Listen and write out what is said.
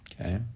okay